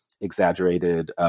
exaggerated